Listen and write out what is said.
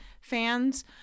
fans